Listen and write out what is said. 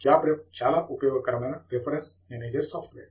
job ref చాలా ఉపయోగకరమైన reference manager software